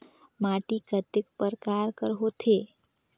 माटी कतेक परकार कर होथे?